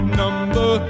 number